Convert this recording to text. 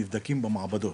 נבדקים במעבדות,